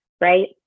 right